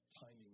timing